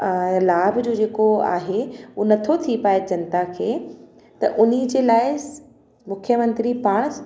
लाभ जो जे को आहे उहो नथो थी पाए जनता खे त हुनजे लाइ मुख्यमंत्री पाणि